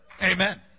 Amen